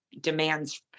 demands